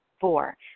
Four